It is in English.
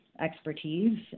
expertise